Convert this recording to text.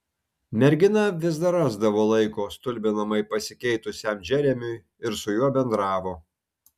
mergina vis dar rasdavo laiko stulbinamai pasikeitusiam džeremiui ir su juo bendravo